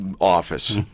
Office